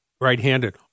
right-handed